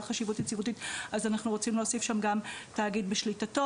חשיבות יציבותית ואנחנו רוצים להוסיף שם גם תאגיד בשליטתו.